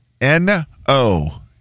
N-O